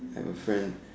have a friend